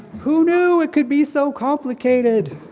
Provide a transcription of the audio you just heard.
who knew it could be so complicated?